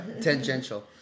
tangential